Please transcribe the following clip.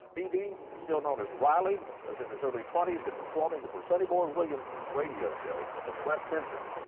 bb, still known as riley, was in his early twenties and performing for sonny boy williamson's radio show in west memphis,